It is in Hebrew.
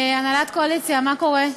הנהלת הקואליציה, מה קורה?